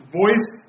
voice